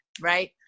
right